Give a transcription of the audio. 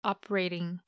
Operating